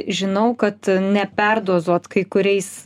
žinau kad neperdozuot kai kuriais